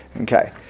Okay